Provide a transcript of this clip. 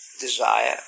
desire